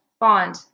bond